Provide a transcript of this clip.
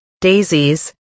daisies